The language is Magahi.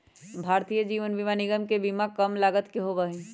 भारतीय जीवन बीमा निगम के बीमा कम लागत के होबा हई